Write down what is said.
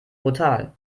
brutal